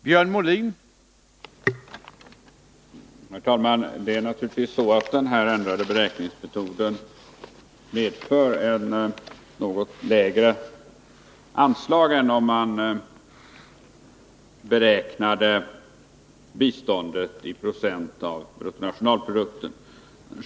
Herr talman! Det är naturligtvis så att denna ändrade beräkningsmetod medför ett något lägre anslag än om man beräknar biståndet i procent av bruttonationalprodukten.